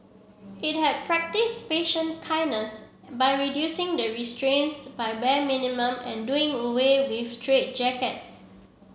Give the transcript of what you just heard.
it had practised patient kindness by reducing the restraints by bare minimum and doing away with straitjackets